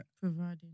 Providing